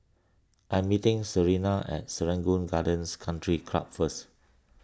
I am meeting Serena at Serangoon Gardens Country Club first